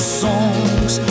songs